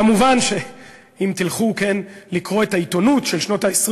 מובן שאם תלכו לקרוא את העיתונות של שנות ה-20